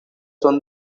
son